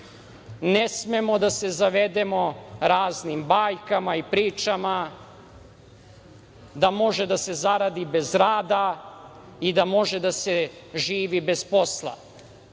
Ne smemo da se zavedemo raznim bajkama i pričama da može da se zaradi bez rada i da može da se živi bez posla.